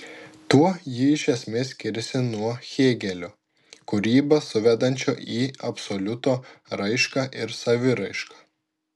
tuo ji iš esmės skiriasi nuo hėgelio kūrybą suvedančio į absoliuto raišką ir saviraišką